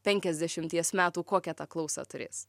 penkiasdešimties metų kokią tą klausą turės